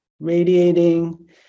radiating